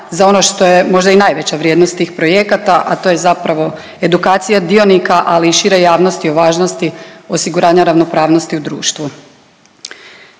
za ono što je možda i najveća vrijednost tih projekata, a to je zapravo edukacija dionika, ali i šire javnosti o važnosti osiguranja ravnopravnosti u društvu.